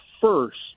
first